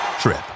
trip